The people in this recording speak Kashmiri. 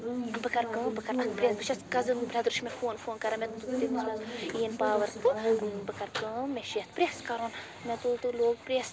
بہٕ کَرٕ کٲم بہٕ کَرٕ اَتھ پرٛیٚس بہٕ چھیٚس کَزٕن برٛدَر چھُ مےٚ فون فون کَران مےٚ دوٚپ تٔمس یِین پاور تہٕ بہٕ کَرٕ کٲم مےٚ چھُ یَتھ پرٛیٚس کَرُن مےٚ تُل تہٕ لوگ پرٛیٚس